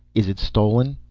is it stolen?